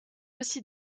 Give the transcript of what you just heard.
aussi